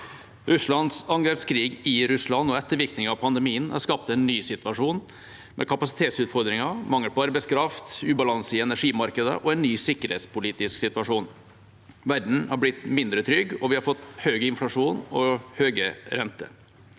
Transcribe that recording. Russlands angrepskrig i Ukraina og ettervirkningene av pandemien har skapt en ny situasjon med kapasitetsutfordringer, mangel på arbeidskraft, ubalanse i energimarkedet og en ny sikkerhetspolitisk situasjon. Verden har blitt mindre trygg, og vi har fått høy inflasjon og høye renter.